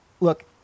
Look